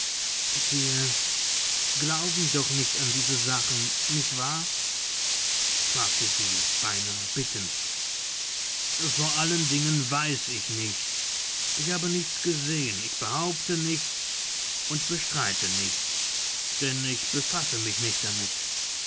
sie glauben doch nicht an diese sachen nicht wahr fragte sie beinahe bittend vor allen dingen weiß ich nichts ich habe nichts gesehen ich behaupte nichts und bestreite nichts denn ich befasse mich nicht damit